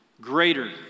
greater